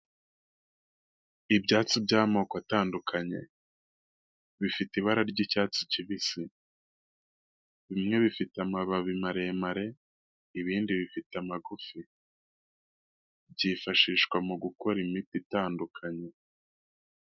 Ibyatsi by'amoko atandukanye, bifite ibara ry'icyatsi kibisi, bimwe bifite amababi maremare, ibindi bifite amagufi, byifashishwa mu gukora imiti itandukanye.